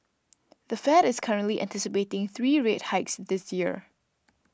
the Fed is currently anticipating three rate hikes this year